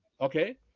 Okay